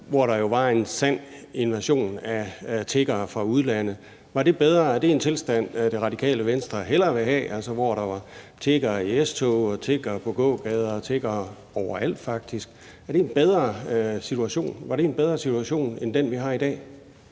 hvor der jo var en sand invasion af tiggere fra udlandet. Var det bedre? Er det en tilstand, Radikale Venstre hellere vil have, altså som dengang, hvor der var tiggere i S-toge, tiggere på gågader, tiggere overalt faktisk? Var det en bedre situation end den, vi har i dag?